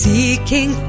Seeking